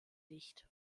nicht